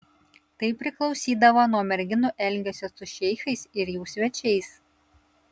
tai priklausydavo nuo merginų elgesio su šeichais ir jų svečiais